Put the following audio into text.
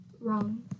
wrong